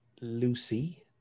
Lucy